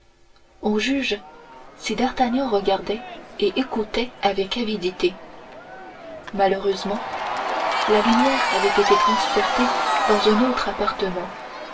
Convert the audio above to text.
on juge si d'artagnan regardait et écoutait avec avidité malheureusement la lumière avait été transportée dans un autre appartement